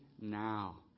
now